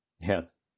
Yes